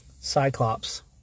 Cyclops